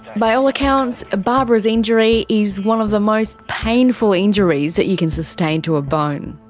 by all accounts ah barbara's injury is one of the most painful injuries that you can sustain to a bone.